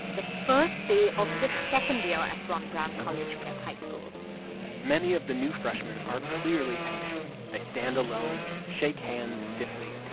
the first day of the second year at ron brown college prep high school many of the new freshmen are clearly anxious. they stand alone, shake hands stiffly.